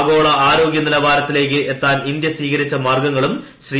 ആഗോള ആരോഗ്യ നിലവാരത്തിലേക്ക് ്എത്താൻ ഇന്ത്യ സ്ഥീകരിച്ച മാർഗങ്ങളും ശ്രീ